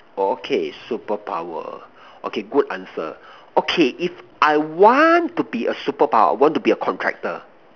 okay superpower okay good answer okay if I want to be a superpower I want to be a contractor